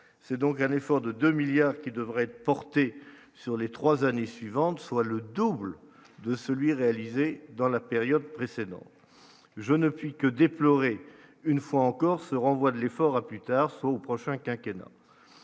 c'est donc un effort de 2 milliards qui devraient porter sur les 3 années suivantes, soit le double de celui réalisé dans la période précédente, je ne puis que déplorer une fois encore ce renvoi de l'effort à plus tard au prochain quinquennat